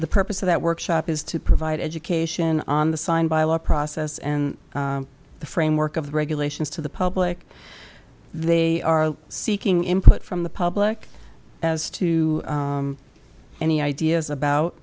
the purpose of that workshop is to provide education on the signed by law process and the framework of the regulations to the public they are seeking input from the public as to any ideas